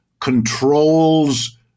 controls